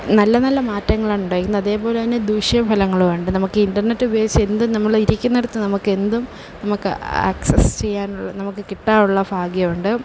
നല്ല നല്ല മാറ്റങ്ങളുണ്ട് ഇന്ന് അതേപോലെ തന്നെ ദൂഷ്യ ഫലങ്ങളുമുണ്ട് നമുക്ക് ഇൻ്റർനെറ്റ് ഉപയോഗിച്ചു എന്തും നമ്മൾ ഇരിക്കുന്നിടത്ത് നമ്മൾക്ക് എന്തും അക്സസ്സ് ചെയ്യാനുള്ള നമുക്ക് കിട്ടാനുള്ള ഭാഗ്യമുണ്ട്